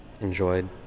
enjoyed